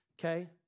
okay